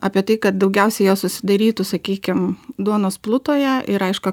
apie tai kad daugiausia jo susidarytų sakykim duonos plutoje ir aišku